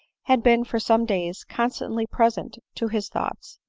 had been for some days con stantly present to his thoughts.